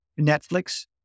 Netflix